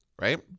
Right